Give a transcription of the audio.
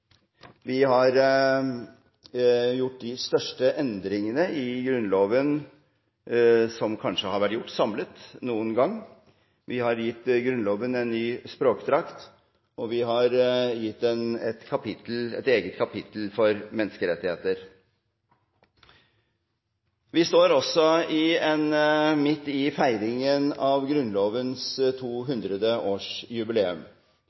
Vi har gjort de største endringene i Grunnloven som kanskje har vært gjort samlet noen gang. Vi har gitt Grunnloven en ny språkdrakt, og vi har gitt den et eget kapittel om menneskerettigheter. Vi står midt i feiringen av Grunnlovens